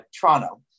Toronto